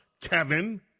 Kevin